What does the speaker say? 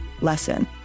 lesson